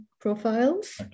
profiles